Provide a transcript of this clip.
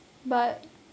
but